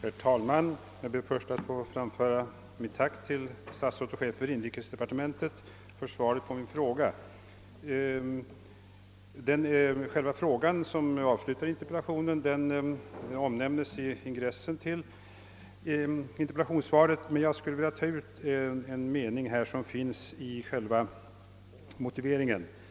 Herr talman! Jag ber först att få framföra mitt tack till statsrådet och chefen för inrikesdepartementet för svaret på min fråga. Den fråga som avslutade interpellationen omnämndes i ingressen till interpellationssvaret, men jag skulle vilja ta ut en mening som finns i själva motiveringen till frågan.